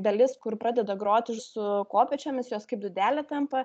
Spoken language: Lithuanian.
dalis kur pradeda groti su kopėčiomis jos kaip dūdelė tampa